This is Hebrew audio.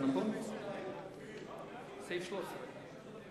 ועדת הכלכלה בדבר חלוקת הצעת חוק ההתייעלות הכלכלית